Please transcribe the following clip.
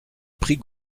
prix